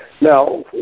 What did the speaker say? Now